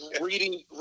Reading